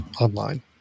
online